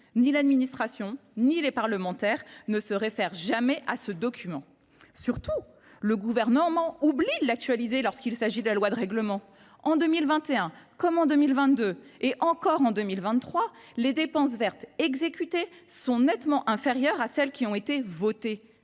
ni l’administration ni les parlementaires, ne se réfère jamais à ce document. Surtout, le Gouvernement oublie de l’actualiser dans le cadre de la loi de règlement. En 2021 comme en 2022, et bientôt en 2023, les dépenses vertes exécutées sont nettement inférieures à celles qui ont été votées.